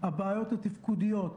הבעיות התפקודיות,